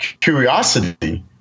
curiosity